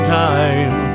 time